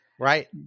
right